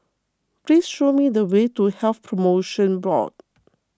please show me the way to Health Promotion Board